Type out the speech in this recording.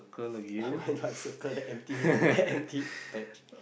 why not I circle the empty that empty patch